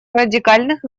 радикальных